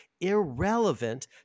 irrelevant